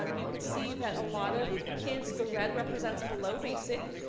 um you could see that a lot of kids, the red represents below basic.